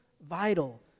Vital